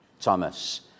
Thomas